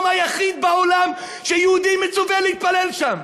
היחיד בעולם שיהודי מצווה להתפלל בו.